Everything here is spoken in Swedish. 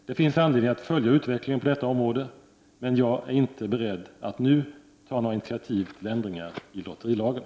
Det finns anledning att följa utvecklingen på detta område, men jag är inte beredd att nu ta några initiativ till ändringar i lotterilagen.